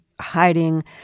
hiding